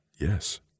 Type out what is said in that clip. yes